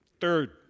Third